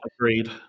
agreed